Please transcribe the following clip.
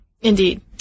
Indeed